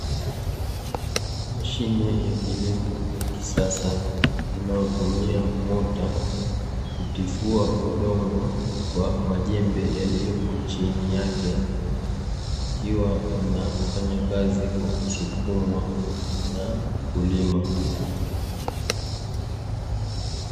Mashine ya kilimo ya kisasa inayotumia mota kutifua udongo kwa majembe yaliyopo chini yake, yakiwa yanafanya kazi kwa kusukumwa na mkulima.